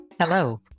Hello